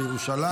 בירושלים.